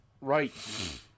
Right